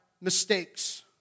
mistakes